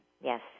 Yes